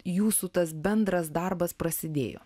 jūsų tas bendras darbas prasidėjo